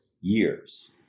years